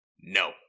no